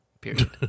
period